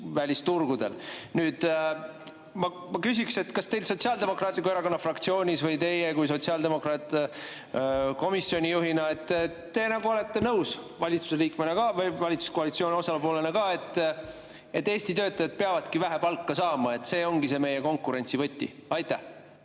välisturgudel. Nüüd ma küsin, et kas teil Sotsiaaldemokraatliku Erakonna fraktsioonis [on arvamus] või kas teie kui sotsiaaldemokraat komisjoni juhina olete valitsuse liikmena või valitsuskoalitsiooni osapoolena nõus sellega, et Eesti töötajad peavadki vähe palka saama, et see ongi see meie konkurentsivõti. Aitäh,